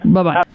Bye-bye